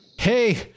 Hey